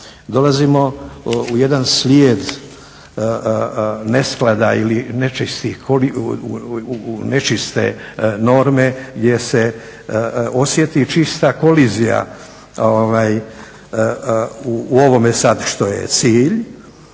dolazimo u jedan slijed nesklada ili nečiste norme gdje se osjeti čista kolizija u ovome sada što je cilj,